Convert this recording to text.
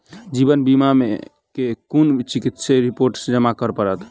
जीवन बीमा मे केँ कुन चिकित्सीय रिपोर्टस जमा करै पड़त?